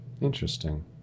Interesting